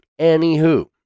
Anywho